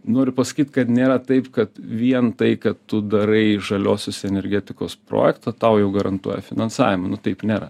noriu pasakyt kad nėra taip kad vien tai kad tu darai žaliosios energetikos projektą tau jau garantuoja finansavimą nu taip nėra